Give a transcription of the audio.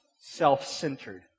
self-centered